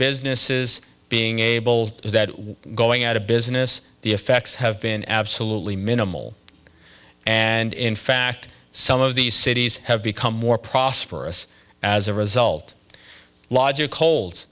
businesses being able to go out of business the effects have been absolutely minimal and in fact some of these cities have become more prosperous as a result logic holds